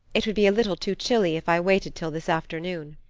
it would be a little too chilly if i waited till this afternoon.